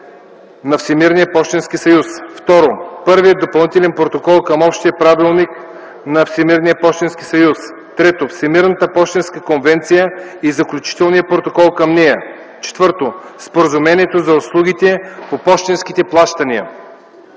на Всемирния пощенски съюз, Първия допълнителен протокол към Общия правилник на Всемирния пощенски съюз, Всемирната пощенска конвенция и Заключителния протокол към нея и Споразумението за услугите по пощенските плащания,